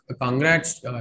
Congrats